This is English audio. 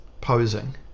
Posing